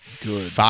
good